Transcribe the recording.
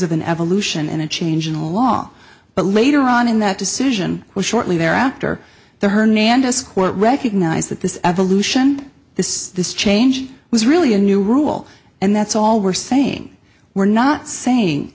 an evolution and a change in a law but later on in that decision was shortly thereafter the hernandez court recognized that this evolution this this change was really a new rule and that's all we're saying we're not saying